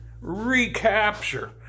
recapture